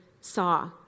saw